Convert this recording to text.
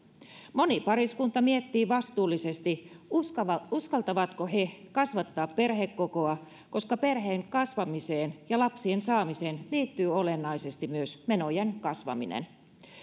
moni pariskunta miettii vastuullisesti uskaltavatko he kasvattaa perhekokoa koska perheen kasvamiseen ja lapsien saamiseen liittyy olennaisesti myös menojen kasvaminen